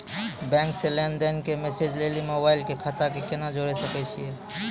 Bank से लेंन देंन के मैसेज लेली मोबाइल के खाता के केना जोड़े सकय छियै?